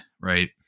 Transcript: right